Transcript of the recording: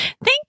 Thank